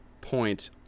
point